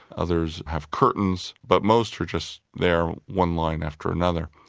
others have curtains, but most are just there one line after another.